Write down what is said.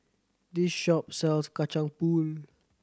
this shop sells Kacang Pool